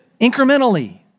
incrementally